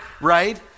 right